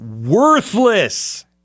worthless